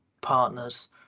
partners